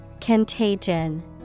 Contagion